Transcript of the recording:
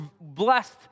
blessed